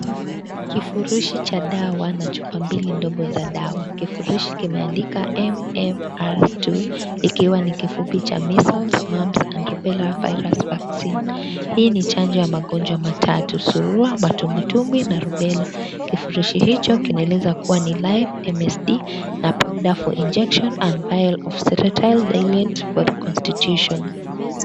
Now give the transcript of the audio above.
Kifurushi cha dawa na chupa mbili ndogo za dawa, kifurushi kimeandikwa MMR II ikiwa ni kifupi cha measles, mumps and rubella virus vaccine. Hii ni chanjo ya magonjwa matatu zurua, matumbwitumbwi na rubella kifurushi hicho kinaeleza kuwa ni Life MSD powder for injection and vial of sterile diluent for reconstitution.